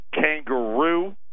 kangaroo